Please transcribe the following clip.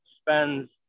spends